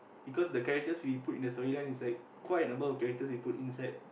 because the characters we put in the story line is quite a number of characters we put inside